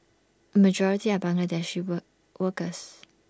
A majority are Bangladeshi ball workers